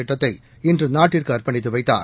திட்டத்தை இன்று நாட்டிற்கு அர்ப்பணித்து வைத்தார்